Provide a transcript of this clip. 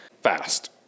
fast